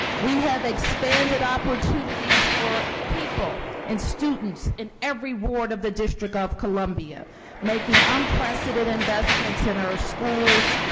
we have expanded opportunities for people and students in every ward of the district of columbia making unprecedented investments in our schools,